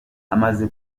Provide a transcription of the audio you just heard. amaze